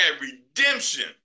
redemption